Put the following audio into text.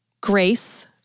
grace